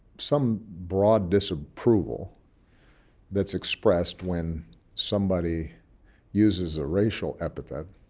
some broad disapproval that's expressed when somebody uses a racial epithet,